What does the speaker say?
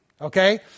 Okay